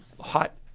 hot